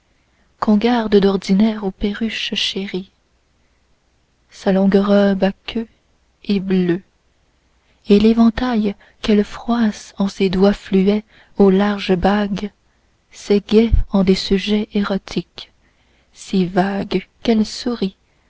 qu'on garde d'ordinaire aux perruches chéries sa longue robe à queue est bleue et l'éventail qu'elle froisse en ses doigts fluets aux larges bagues s'égaie en des sujets érotiques si vagues qu'elle sourit